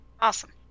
Awesome